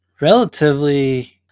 relatively